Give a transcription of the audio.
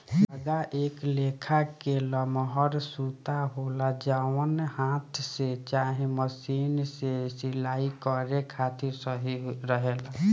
धागा एक लेखा के लमहर सूता होला जवन हाथ से चाहे मशीन से सिलाई करे खातिर सही रहेला